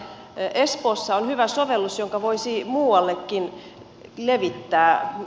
espoossa on hyvä sovellus jonka voisi muuallekin levittää